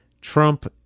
Trump